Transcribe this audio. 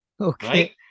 Okay